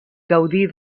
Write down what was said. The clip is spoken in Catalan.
gaudir